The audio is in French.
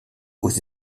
aux